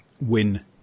win